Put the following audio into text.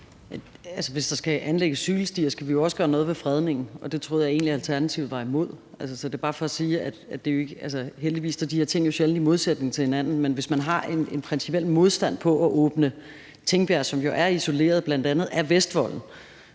Hvis der skal anlægges cykelstier, skal vi jo også gøre noget ved fredningen, og det troede jeg egentlig Alternativet var imod. De her ting står heldigvis sjældent i modsætning til hinanden, men hvis man har en principiel modstand over for at åbne Tingbjerg, som jo er isoleret, bl.a. pga. Vestvolden,